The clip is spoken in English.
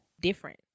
different